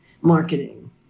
marketing